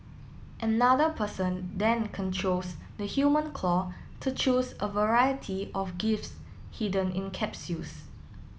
another person then controls the human claw to choose a variety of gifts hidden in capsules